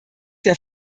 der